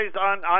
on